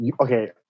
okay